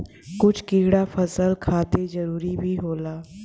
कुछ कीड़ा फसल खातिर जरूरी भी होला